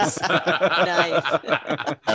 Nice